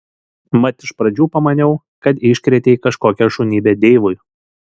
mat iš pradžių pamaniau kad iškrėtei kažkokią šunybę deivui